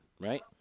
right